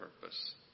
purpose